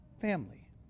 family